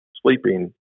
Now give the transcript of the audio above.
sleeping